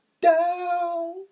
down